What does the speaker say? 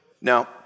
Now